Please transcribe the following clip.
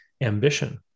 ambition